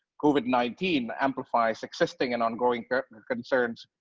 covid nineteen amplifies existing and ongoing concerns